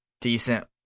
decent